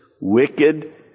wicked